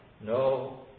no